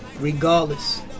regardless